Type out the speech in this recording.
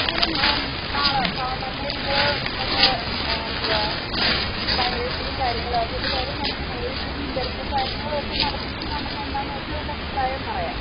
ഓല് മാം നാളെ മണ്ടെ നിങ്ങൾ നിങ്ങളുടെ എന്തുവാണ് ബയോഡേറ്റയും കാര്യങ്ങളും ആക്കിയിട്ട് വരു നമുക്ക് നേരിട്ട് ഒരു ഇൻറ്റർവ്യൂ കാര്യങ്ങളുമൊക്കെ ഒന്ന് നടത്തിയിട്ട് നമുക്ക് എന്താണെന്ന് വച്ചാൽ അതിൻ്റെ അഭിപ്രായം പറയാം